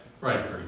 Right